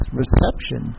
reception